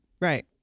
Right